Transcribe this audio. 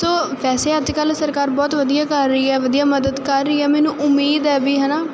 ਤੋ ਵੈਸੇ ਅੱਜ ਕੱਲ ਸਰਕਾਰ ਬਹੁਤ ਵਧੀਆ ਕਰ ਰਹੀ ਹੈ ਵਧੀਆ ਮਦਦ ਕਰ ਰਹੀ ਹੈ ਮੈਨੂੰ ਉਮੀਦ ਹੈ ਵੀ ਹਨਾ